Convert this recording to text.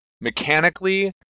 mechanically